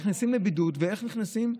נכנסים לבידוד, איך נכנסים?